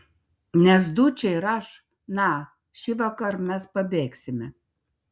nes dučė ir aš na šįvakar mes pabėgsime